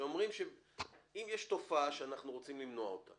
הם בעצם אומרים שאם יש תופעה שרוצים למנוע אותה